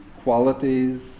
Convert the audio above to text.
qualities